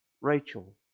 Rachel